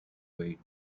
wait